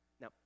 Now